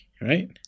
Right